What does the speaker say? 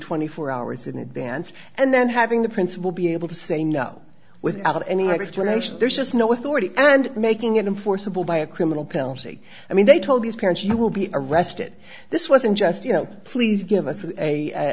twenty four hours in advance and then having the principal be able to say no without any explanation there's just no authority and making it in forcible by a criminal penalty i mean they told these parents you will be arrested this wasn't just you know please give us a